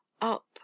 Up